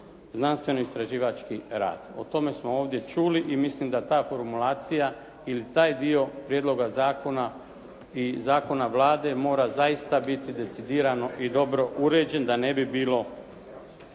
znanstveno-istraživački rad. O tome smo ovdje čuli i mislim da ta formulacija ili taj dio prijedloga zakona i zakona Vlade mora zaista biti decidirano i dobro uređen da ne bi bilo